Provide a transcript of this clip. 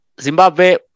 Zimbabwe